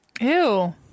Ew